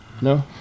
No